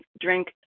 drink